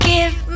Give